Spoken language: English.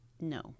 no